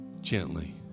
Gently